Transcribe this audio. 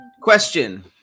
Question